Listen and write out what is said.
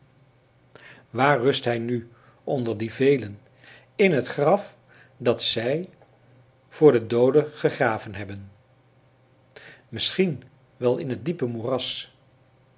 waar rust hij nu onder die velen in het graf dat zij voor de dooden gegraven hebben misschien wel in het diepe moeras